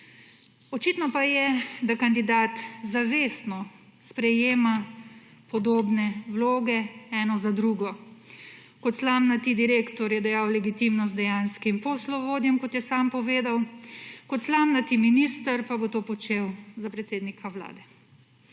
Očitno pa je, da kandidat zavestno sprejema podobne vloge eno za drugo. Kot slamnati direktor je dajal legitimnost dejanskim poslovodjem, kot je samo povedal, kot slamnati minister pa bo to počel za predsednika Vlade.